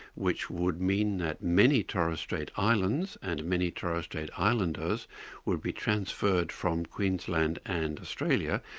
which would mean that many torres strait islands and many torres strait islanders would be transferred from queensland and australia,